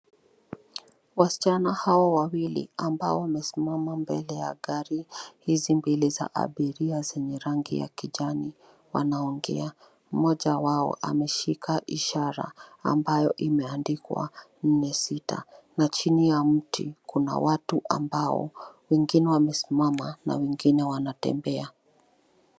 Wasichana hao wawili ambao wamesimama mbele ya gari hizi mbili za abiria zenye rangi ya kijani wanaongea. Mmoja wao ameshika ishara ambayo imeandikwa mia sita na chini ya mti kuna watu ambao wengine wamesimama na wengine wanatembea.